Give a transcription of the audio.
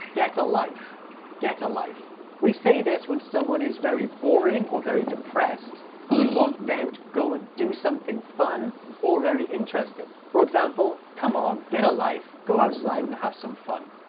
get a life get a life we say this when someone is very boring or very depressed and we want them to go and do something fun or very interesting. for example, come on get a life go outside and have some fun.